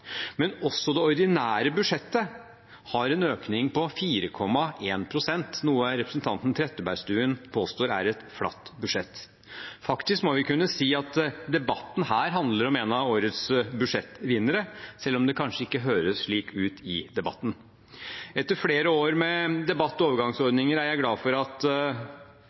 Men også det ordinære budsjettet har en økning på 4,1 pst., noe representanten Trettebergstuen påstår er et flatt budsjett. Faktisk må vi kunne si at debatten her handler om en av årets budsjettvinnere, selv om det kanskje ikke høres slik ut i debatten. Etter flere år med debatt og overgangsordninger er jeg glad for at